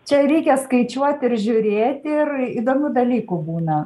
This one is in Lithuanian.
čia reikia skaičiuot ir žiūrėt ir įdomių dalykų būna